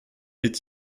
est